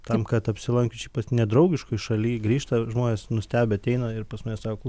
tam kad apsilankius čia pat nedraugiškoj šaly grįžta žmonės nustebę ateina ir pas mane sako